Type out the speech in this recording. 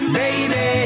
baby